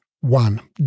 One